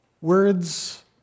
Words